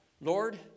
Lord